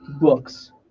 books